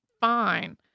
fine